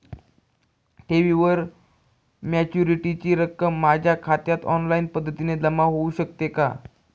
ठेवीवरील मॅच्युरिटीची रक्कम माझ्या खात्यात ऑनलाईन पद्धतीने जमा होऊ शकते का?